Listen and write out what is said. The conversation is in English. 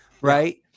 right